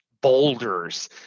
Boulders